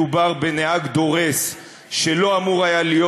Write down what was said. מדובר בנהג דורס שלא אמור היה להיות